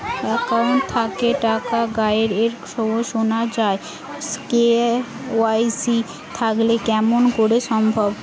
Account থাকি টাকা গায়েব এর খবর সুনা যায় কে.ওয়াই.সি থাকিতে কেমন করি সম্ভব?